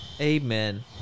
amen